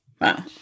Wow